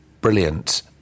brilliant